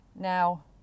Now